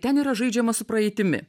ten yra žaidžiama su praeitimi